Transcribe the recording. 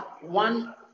one